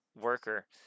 worker